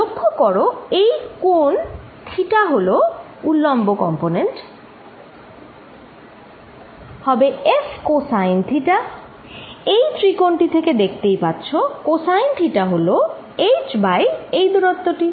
লক্ষ্য করো এই কোন থিটা তাহলে উলম্ব কম্পোনেন্ট হবে F কোসাইন থিটা এই ত্রিকোণ টি থেকে দেখতেই পাচ্ছো কোসাইন থিটা হল h বাই এই দূরত্ব টি